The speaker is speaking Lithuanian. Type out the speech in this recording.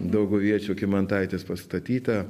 dauguviečio kymantaitės pastatyta